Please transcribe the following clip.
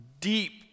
deep